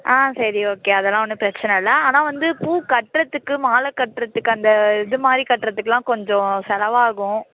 ஆ சரி ஓகே அதெல்லாம் ஒன்றும் பிரச்சன இல்லை ஆனால் வந்து பூ கட்டுறத்துக்கு மாலை கட்டுறத்துக்கு அந்த இது மாதிரி கட்டுறத்துக்குலாம் கொஞ்சம் செலவாகும்